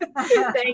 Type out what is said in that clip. Thank